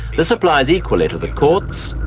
this applies equally to the courts,